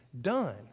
done